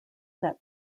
that